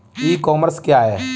E commerce क्या है?